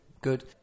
Good